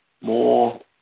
more